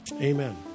Amen